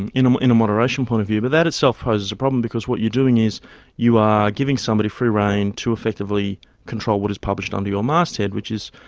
and in um in a moderation point of view. but that itself poses a problem because what you are doing is you are giving somebody free reign to effectively control what is published under your masthead, which is,